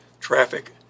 traffic